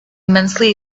immensely